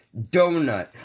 donut